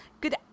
good